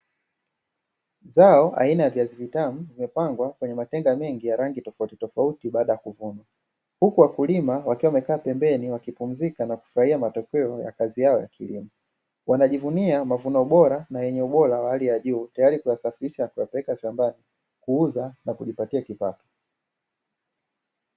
Mazao aina ya viazi vitamu imepangwa kwenye matendo mengi ya rangi tofauti tofauti, baada ya kuvuna huku wakulima wakiwa wamekaa pembeni wakipumzika na kufurahia matokeo ya kazi yao ya kilimo. Wanajivunia mavuno bora na yenye ubora wa hali ya juu tayari tunasafirisha watu wapeleka shambani kuuza na kujipatia kipato.